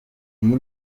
iyi